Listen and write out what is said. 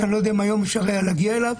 ואני לא יודע אם היום אפשר היה להגיע אליו.